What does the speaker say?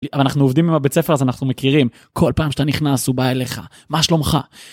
אנחנו עובדים בבית הספר אז אנחנו מכירים כל פעם שאתה נכנס הוא בא אליך מה שלומך.